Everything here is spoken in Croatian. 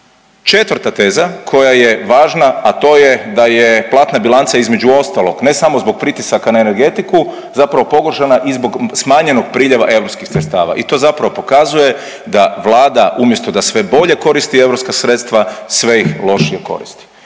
Četvrta teza koja je važna, a to je da je platna bilanca između ostalog ne samo zbog pritisaka na energetiku zapravo pogoršana i zbog smanjenog priljeva europskih sredstava i to zapravo pokazuje da Vlada umjesto da sve bolje koristi europska sredstva sve ih lošije koristi.